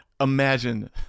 Imagine